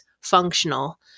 functional